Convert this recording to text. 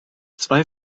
zwei